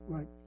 Right